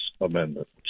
amendment